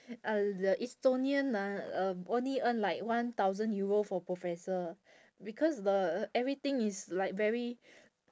ah the estonian ah um only earn like one thousand euro for professor because the everything is like very